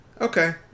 okay